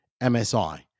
msi